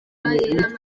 yari